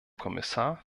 kommissar